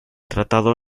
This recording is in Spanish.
tratado